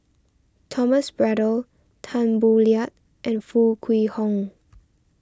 Thomas Braddell Tan Boo Liat and Foo Kwee Horng